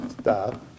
Stop